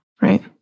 Right